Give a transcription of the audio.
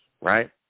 Right